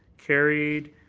carried.